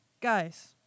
guys